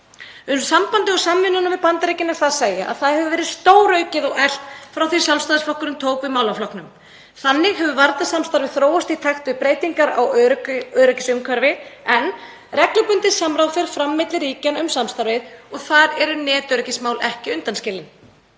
Um sambandið og samvinnuna við Bandaríkin er það að segja að það hefur verið stóraukið og eflt frá því Sjálfstæðisflokkurinn tók við málaflokknum. Þannig hefur varnarsamstarfið þróast í takt við breytingar á öryggisumhverfi en reglubundið samráð fer fram milli ríkjanna um samstarfið og þar eru netöryggismál ekki undanskilin.